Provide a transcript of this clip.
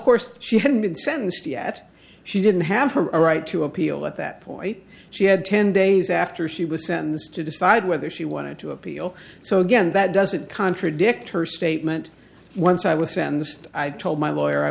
force she hadn't been sentenced yet she didn't have a right to appeal at that point she had ten days after she was sentenced to decide whether she wanted to appeal so again that doesn't contradict her statement once i was sentenced i told my lawyer i